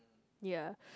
ya